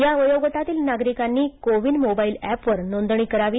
या वयोगटातील नागरिकांनी कोविन मोबाईल एपवर नोंदणी करावी